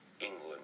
England